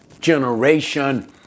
generation